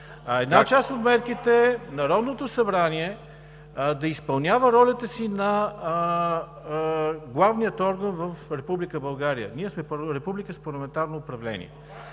Една част от мерките е Народното събрание да изпълнява ролята си на главния орган в Република България. Ние сме република с парламентарно управление!